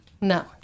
No